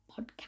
podcast